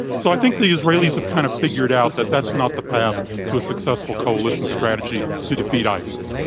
so i think the israeli's have kind of figured out that that's not the path to a successful coalition strategy to defeat isis.